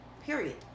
Period